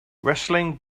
wrestling